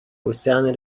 usan